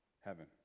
heaven